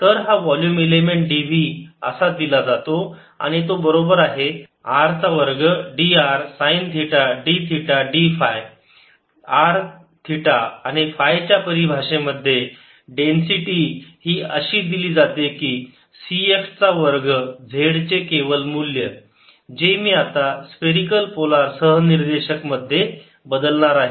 तर हा volume element dv असा दिला जातो आणि तो बरोबर आहे r चा वर्ग dr sine theta d theta d phi R theta आणि फायच्या परी भाषेमध्ये डेन्सिटी ही अशी दिली जाते की C x चा वर्ग z चे केवल मूल्य जे मी आता स्फेरिकल पोलार सहनिर्देशक मध्ये बदलणार आहे